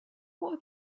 what